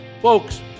Folks